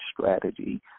strategy